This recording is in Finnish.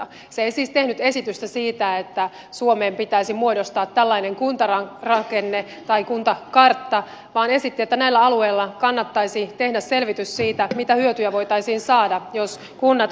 se ei siis tehnyt esitystä siitä että suomeen pitäisi muodostaa tällainen kuntarakenne tai kuntakartta vaan esitti että näillä alueilla kannattaisi tehdä selvitys siitä mitä hyötyjä voitaisiin saada jos kunnat yhdistyisivät